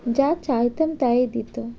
যা চাইতাম তাই দিত